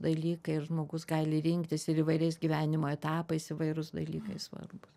dalykai ir žmogus gali rinktis ir įvairiais gyvenimo etapais įvairūs dalykai svarbūs